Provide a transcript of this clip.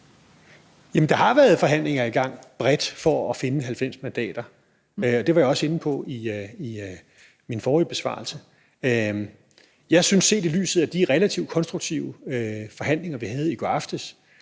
der har været forhandlinger i gang bredt for at finde 90 mandater, det var jeg også inde på i min forrige besvarelse. Set i lyset af de relativt konstruktive forhandlinger, vi havde i går aftes,